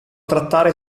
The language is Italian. trattare